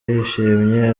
yishimye